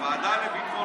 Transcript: לוועדה לביטחון הפנים.